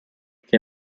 che